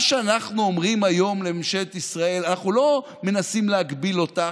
מה שאנחנו אומרים היום לממשלת ישראל: אנחנו לא מנסים להגביל אותך,